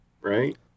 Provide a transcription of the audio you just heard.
right